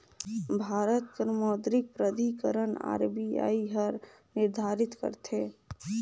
भारत कर मौद्रिक प्राधिकरन आर.बी.आई हर निरधारित करथे